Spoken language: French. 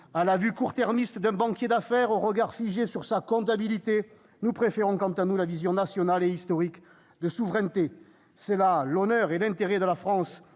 À la vue courtermiste d'un banquier d'affaires au regard figé sur sa comptabilité, nous préférons quant à nous la vision nationale et historique de souveraineté. C'est l'honneur et l'intérêt de la France